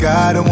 God